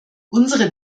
unsere